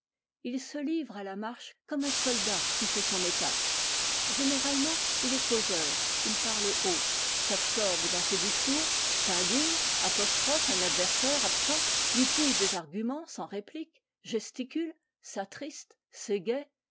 il se livre à la marche comme un soldat qui fait son étape généralement il est causeur il parle haut s'absorbe dans ses discours s'indigne apostrophe un adversaire absent lui pousse des arguments sans réplique gesticule